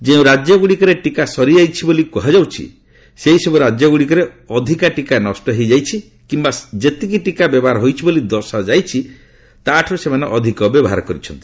ଯେଉଁ ରାଜ୍ୟଗୁଡ଼ିକରେ ଟିକା ସରିଯାଇଛି ବୋଲି କୁହାଯାଉଛି ସେଇସବ ୍ୱା ରାଜ୍ୟଗୁଡ଼ିକରେ ଅଧିକା ଟିକା ନଷ୍ଟ ହୋଇଯାଇଛି କିମ୍ବା ଯେତିକି ଟିକା ବ୍ୟବହାର ହୋଇଛି ବୋଲି ଦର୍ଶାଯାଇଛି ତା'ଠାରୁ ସେମାନେ ଅଧିକ ବ୍ୟବହାର କରିଛନ୍ତି